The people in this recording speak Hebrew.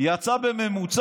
זה יצא בממוצע